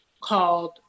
called